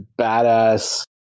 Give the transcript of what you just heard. badass